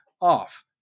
off